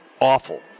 awful